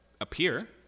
appear